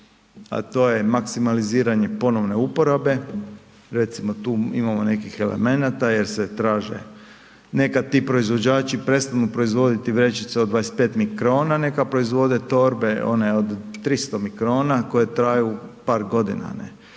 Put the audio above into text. a to je maksimaliziranje ponovne uporabe, recimo tu imamo nekih elemenata jer se traže. Nekad ti proizvođači prestanu proizvoditi vrećice od 25 mikrona, nekad proizvode torbe one od 300 mikrona koje traju par godina,